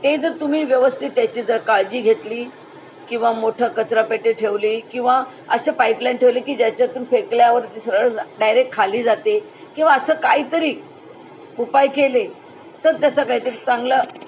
ते जर तुम्ही व्यवस्थित त्याची जर काळजी घेतली किंवा मोठं कचरापेटी ठेवली किंवा असे पाईपलाईन ठेवले की ज्याच्यातून फेकल्यावर ती सरळ डायरेक खाली जाते किंवा असं काहीतरी उपाय केले तर त्याचा काहीतरी चांगला